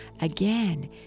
again